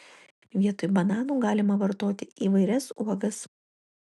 vietoj bananų galima vartoti įvairias uogas